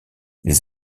les